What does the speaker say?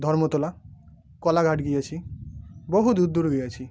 ধর্মতলা কোলাঘাট গিয়েছি বহু দূর দূর গিয়েছি